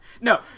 No